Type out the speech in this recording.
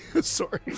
Sorry